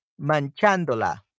Manchándola